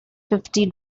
fifty